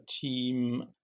team